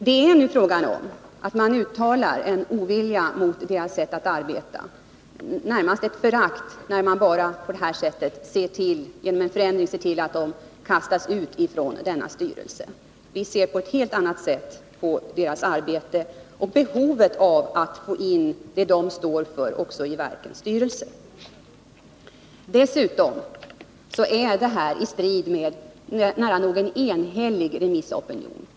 Utskottsmajoriteten uttalar en ovilja mot deras sätt att arbeta, närmast ett förakt, när man på det här sättet ser till att de kastas ut från skolöverstyrelsens styrelse. Vi ser på ett helt annat sätt på deras arbete och på behovet av att få in det de står för också i verkets styrelse. Dessutom strider regeringens och utskottsmajoritetens förslag mot en nära nog enhällig remissopinion.